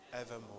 evermore